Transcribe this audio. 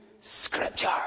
Scripture